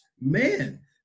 Man